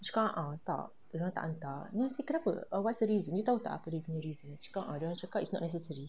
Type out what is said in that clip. aku cakap ah ah tak dorang tak hantar then I say kenapa err what's the reason you tahu tak apa dia punya reason dia cakap dorang cakap is not necessary